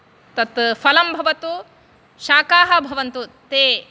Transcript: तत् फलं भवतु शाकाः भवन्तु ते